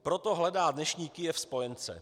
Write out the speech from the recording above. Proto hledá dnešní Kyjev spojence.